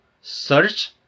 search